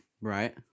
Right